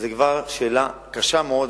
זאת כבר שאלה קשה מאוד,